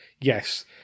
yes